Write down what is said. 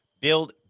build